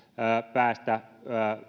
päästä